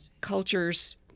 culture's